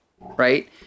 Right